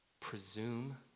presume